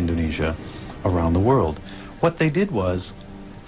indonesia around the world what they did was